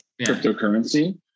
cryptocurrency